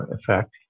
effect